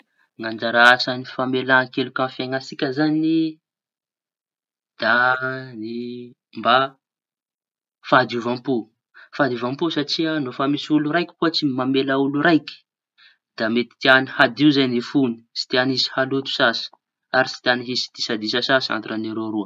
Ny anjara asañy famelan-keloky amy fiañantsika zañy da ny mba fahadiovam-po. Fahadiovam-po satria no fa misy olo raiky ohatsy mamela olo raiky, da mety tiañy hadio zay ny foñy, tsy tiañy haloto sasy tsy tiañy hisy disa disa sasy antrenereo roa.